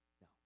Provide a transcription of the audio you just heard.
No